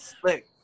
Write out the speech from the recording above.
slick